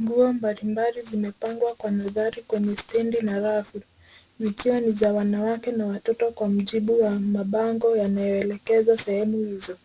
Nguo mbalimbali zimepangwa Kwa mistari kwenye stendi na rafu zikiwa ni za wanawake na watoto Kwa mujibu wa mabango yanayoelekeza sehemu izo.